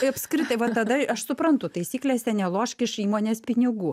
tai apskritai va tada aš suprantu taisyklėse nelošk iš įmonės pinigų